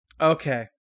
Okay